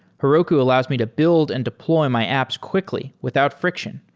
heroku allows me to build and deploy my apps quickly without friction.